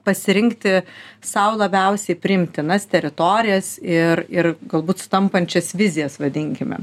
pasirinkti sau labiausiai priimtinas teritorijas ir ir galbūt sutampančias vizijas vadinkime